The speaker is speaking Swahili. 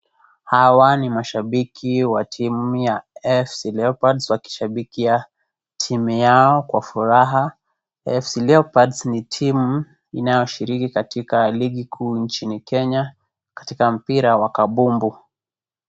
Hawa ni mashabiki wa timu ya AFC Leopards wakishabikia timu yao kwa furaha. AFC Leopards ni timu inayoshiriki katika ligi kuu nchini Kenya katika mpira wa kabumbu.